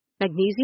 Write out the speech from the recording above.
Magnesium